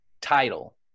title